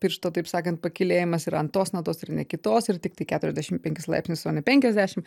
piršto taip sakant pakylėjimas ir ant tos natos ir ne kitos ir tik tai keturiasdešimt penkis laipsnius o ne penkiasdešimt